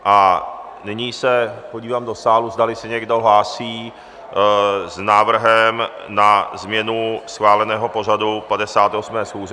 A nyní se podívám do sálu, zdali se někdo hlásí s návrhem na změnu schváleného pořadu 58. schůze.